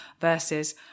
versus